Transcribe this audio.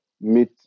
meet